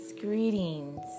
greetings